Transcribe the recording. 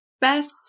best